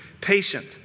patient